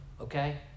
Okay